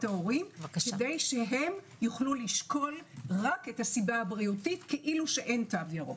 ההורים כדי שהם יוכלו לשקול רק את הסיבה הבריאותית כאילו שאין תו ירוק.